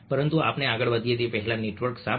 પરંતુ આપણે આગળ વધીએ તે પહેલાં નેટવર્ક શા માટે